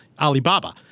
Alibaba